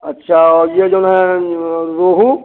अच्छा और ये जो हैं रोहू